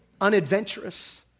unadventurous